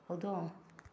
ꯍꯧꯗꯣꯡ